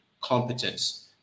competence